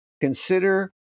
consider